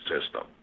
system